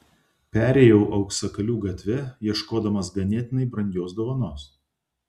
perėjau auksakalių gatve ieškodamas ganėtinai brangios dovanos